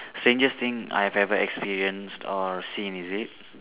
strangest thing I have ever experienced or seen is it